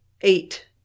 eight